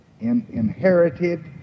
inherited